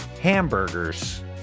hamburgers